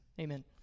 Amen